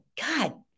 God